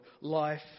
Life